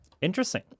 Interesting